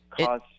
cause